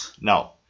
No